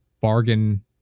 bargain